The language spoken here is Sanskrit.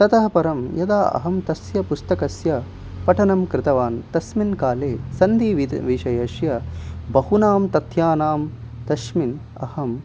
ततः परं यदा अहं तस्य पुस्तकस्य पठनं कृतवान् तस्मिन्काले सन्धिविद् विषयस्य बहूनां तथ्यानां तस्मिन् अहम्